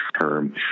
term